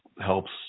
helps